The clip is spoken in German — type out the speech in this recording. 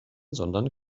sondern